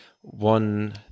one